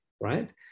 right